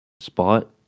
spot